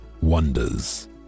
wonders